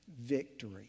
victory